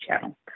channel